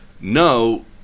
no